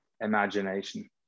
imagination